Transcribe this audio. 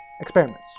experiments